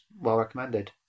well-recommended